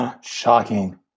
Shocking